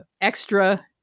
extra